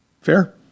fair